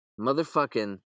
motherfucking